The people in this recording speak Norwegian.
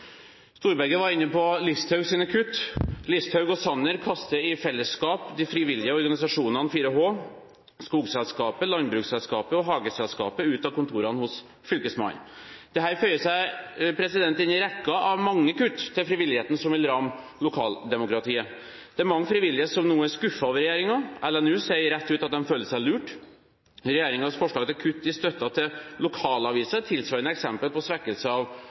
Storberget var inne på Listhaugs kutt. Listhaug og Sanner kaster i fellesskap de frivillige organisasjonene 4H, Skogselskapet, Landbruksselskapet og Hageselskapet ut av kontorene hos Fylkesmannen. Dette føyer seg inn i rekken av mange kutt til frivilligheten, som vil ramme lokaldemokratiet. Det er mange frivillige som nå er skuffet over regjeringen, eller nå sier rett ut at de føler seg lurt. Regjeringens forslag til kutt i støtten til lokalaviser er et tilsvarende eksempel på svekkelse av